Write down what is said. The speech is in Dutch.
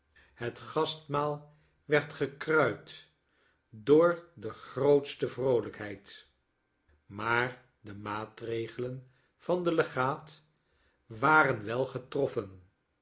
het gastmaal werd gekruid door de grootste vroolijkheid maar de maatregelen van den legaat waren wel getroffen